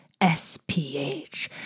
SPH